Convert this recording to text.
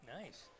Nice